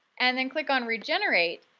and then click on regenerate,